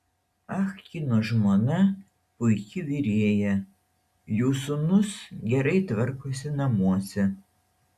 ah kino žmona puiki virėja jų sūnus gerai tvarkosi namuose